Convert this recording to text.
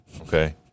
Okay